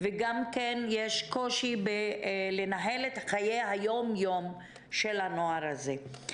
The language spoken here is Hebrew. וגם יש קושי לנהל את חיי היומיום של הנוער הזה.